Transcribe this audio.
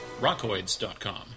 rockoids.com